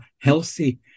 healthy